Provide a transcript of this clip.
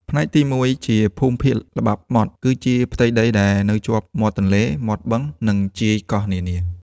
ផ្នែកទី ១ ជាភូមិភាគល្បាប់ម៉ត់ គឺជាផ្ទៃដីដែលនៅជាប់មាត់ទន្លេ មាត់បឹង និងជាយកោះនានា។